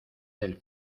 del